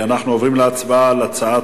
אנחנו עוברים להצבעה בקריאה ראשונה על הצעת